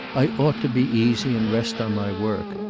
i ought to be easy and rest on my work.